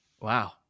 Wow